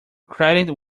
credit